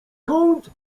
kąt